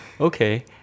Okay